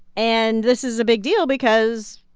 and this is a big deal because,